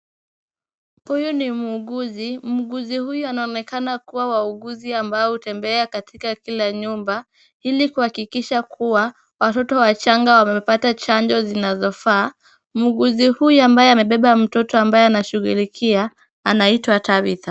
Huyu ni muuguzi. Muuguzi huyu anaonekana kuwa wauguzi ambao hutembea katika kila nyumba ili kuhakikisha kuwa watoto wachanga wamepata chanjo zinazofaa. Muguzi huyu ambaye amebeba mtoto ambaye anashughulikia anaitwa Tabitha.